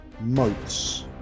motes